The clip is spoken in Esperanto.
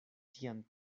sian